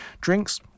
drinks